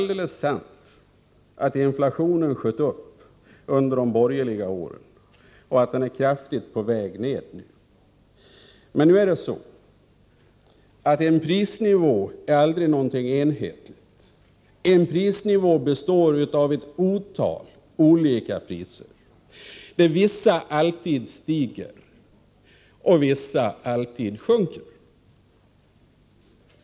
alldeles riktigt att inflationen sköt i höjden under de borgerliga åren och att den är kraftigt på väg ned nu. Men en prisnivå är aldrig något enhetligt. Prisnivån består av ett otal olika priser där vissa alltid stiger och vissa alltid sjunker.